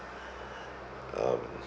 um